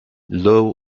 law